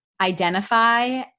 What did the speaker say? identify